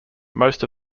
most